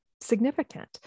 significant